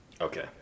Okay